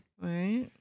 right